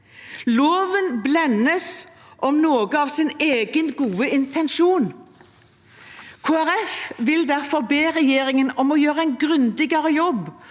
Loven blendes, om noe, av sin egen gode intensjon. Kristelig Folkeparti vil derfor be regjeringen om å gjøre en grundigere jobb